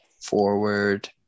forward